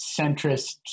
centrist